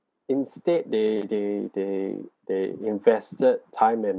instead they they they they invested time and